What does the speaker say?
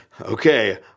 okay